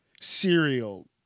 cereal